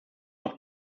noch